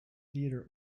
theatre